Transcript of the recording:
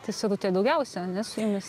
tai sadutė daugiausia ane su jumis